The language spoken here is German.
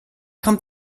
kommt